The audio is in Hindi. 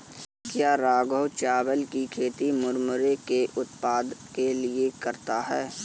क्या राघव चावल की खेती मुरमुरे के उत्पाद के लिए करता है?